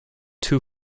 two